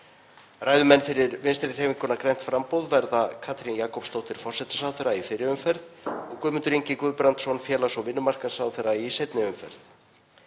Ræðumenn fyrir Vinstrihreyfinguna – grænt framboð verða Katrín Jakobsdóttir forsætisráðherra í fyrri umferð og Guðmundur Ingi Guðbrandsson, félags- og vinnumarkaðsráðherra, í seinni umferð.